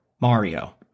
Mario